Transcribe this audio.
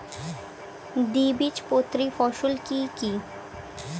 দ্বিবীজপত্রী ফসল কি কি?